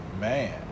Man